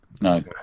No